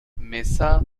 mesa